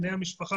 בני המשפחה,